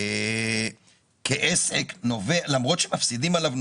כעסק למרות שמפסידים עליו,